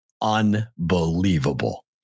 unbelievable